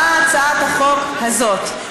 באה הצעת החוק הזאת,